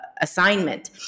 assignment